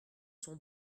sont